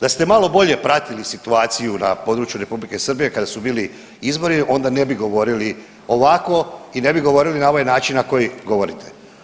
Da ste malo bolje pratili situaciju na području Republike Srbije kada su bili izbori onda ne bi govorili ovako i ne bi govorili na ovaj način na koji govorite.